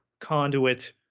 conduit